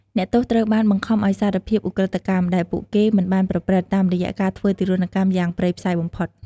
អ្នកទោសត្រូវបានបង្ខំឱ្យសារភាព "ឧក្រិដ្ឋកម្ម" ដែលពួកគេមិនបានប្រព្រឹត្ត តាមរយៈការធ្វើទារុណកម្មយ៉ាងព្រៃផ្សៃបំផុត។